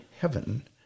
heaven